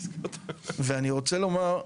ואני רוצה לומר,